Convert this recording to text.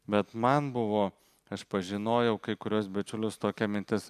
bet man buvo aš pažinojau kai kuriuos bičiulius tokia mintis